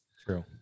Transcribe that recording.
True